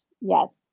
Yes